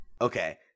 Okay